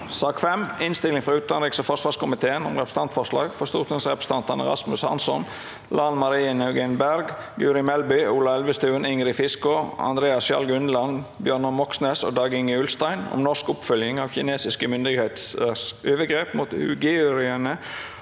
Innstilling fra utenriks- og forsvarskomiteen om Representantforslag fra stortingsrepresentantene Ras- mus Hansson, Lan Marie Nguyen Berg, Guri Melby, Ola Elvestuen, Ingrid Fiskaa, Andreas Sjalg Unneland, Bjør- nar Moxnes og Dag-Inge Ulstein om norsk oppfølging av kinesiske myndigheters overgrep mot uigurene